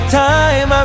time